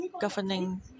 governing